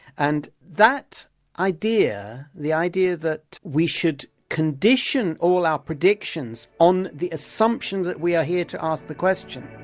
and that idea, the idea that we should condition all our predictions on the assumption that we are here to ask the question,